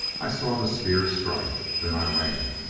i saw the spear strike then i ran.